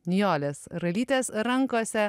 nijolės ralytės rankose